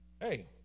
Hey